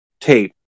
tape